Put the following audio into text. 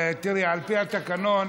תראי, על פי התקנון,